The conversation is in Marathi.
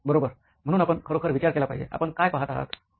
बरोबर म्हणून आपण खरोखर विचार केला पाहिजे आपण काय पहात आहात